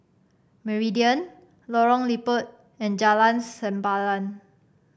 Meridian Lorong Liput and Jalan Sempadan